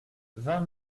vingt